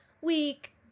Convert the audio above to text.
week